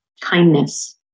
Kindness